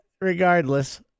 regardless